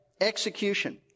execution